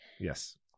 Yes